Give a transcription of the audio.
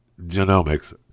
genomics